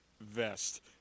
vest